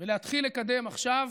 ולהתחיל לקדם עכשיו,